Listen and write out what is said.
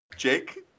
Jake